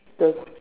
does